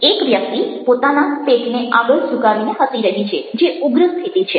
એક વ્યક્તિ પોતાના પેટને આગળ ઝુકાવીને હસી રહી છે જે ઉગ્ર સ્થિતિ છે